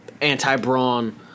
anti-brawn